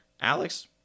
Alex